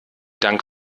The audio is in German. dank